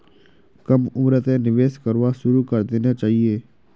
कम उम्रतें निवेश करवा शुरू करे देना चहिए